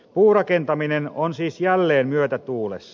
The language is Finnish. puurakentaminen on siis jälleen myötätuulessa